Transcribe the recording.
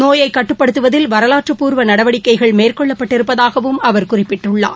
நோயை கட்டுப்படுத்துவதில் வரலாற்றுப்பூர்வ நடவடிக்கைகள் மேற்கொள்ளப்பட்டிருப்பதாகவும் அவர் குறிப்பிட்டுள்ளார்